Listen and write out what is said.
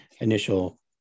initial